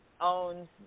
owns